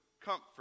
comfort